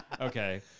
Okay